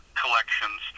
collections